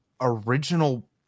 original